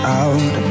out